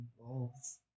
involves